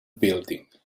building